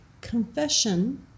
confession